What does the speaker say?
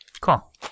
Cool